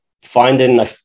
finding